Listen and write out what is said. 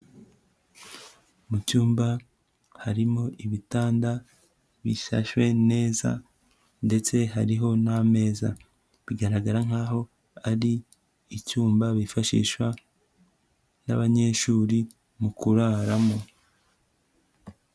Mu cyumba harimo ibitanda bishashwe neza ndetse hariho n'ameza, bigaragara nkaho ari icyumba bifashisha n'abanyeshuri mu kuraramo.